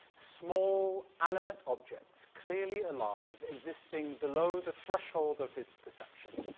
small animate objects, clearly alive, existing below the threshold of his perception.